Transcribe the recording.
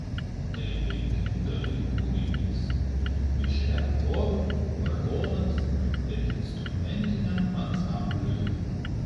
tai penkių dalių kūrinys mišriam chorui vargonams ir instrumentiniam ansambliui